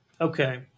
Okay